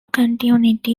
continuity